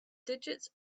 digits